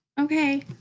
okay